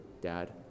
Dad